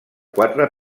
quatre